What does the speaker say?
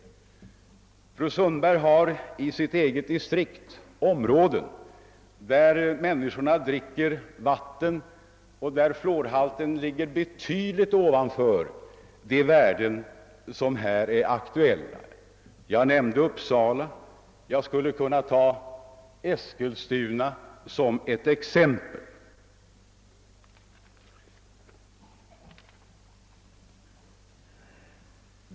I fru Sundbergs eget distrikt finns områden där människorna dricker vatten med en fluorhalt som ligger betydligt ovanför de värden som här är aktuella. Jag nämnde Uppsala, jag skulle också kunna ta Eskilstuna som ett annat exempel.